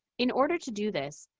in order to do this,